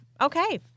Okay